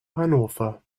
hannover